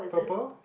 purple